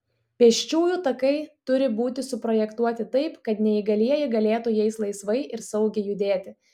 pėsčiųjų takai turi būti suprojektuoti taip kad neįgalieji galėtų jais laisvai ir saugiai judėti